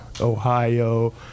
Ohio